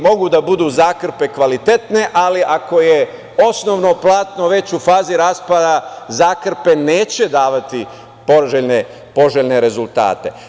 Mogu da budu zakrpe kvalitetne, ali ako je osnovno platno već u fazi raspada zakrpe neće davati poželjne rezultate.